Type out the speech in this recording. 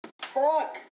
Fuck